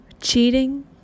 Cheating